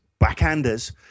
backhanders